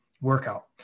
workout